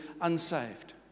unsaved